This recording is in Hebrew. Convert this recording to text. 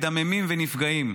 מדממים ונפגעים.